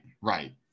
right